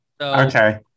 Okay